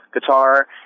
guitar